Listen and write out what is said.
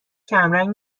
کمرنگ